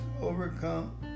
overcome